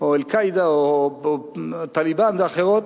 או "אל-קאעידה", או "טאליבן" ואחרות.